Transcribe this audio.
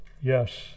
Yes